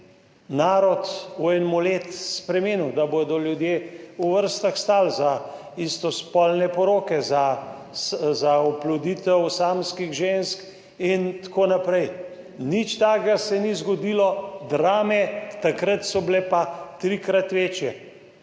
narod v enem letu spremenil, da bodo ljudje v vrstah stali za istospolne poroke, za oploditev samskih žensk in tako naprej. Nič takega se ni zgodilo, drame takrat so bile pa trikrat večje.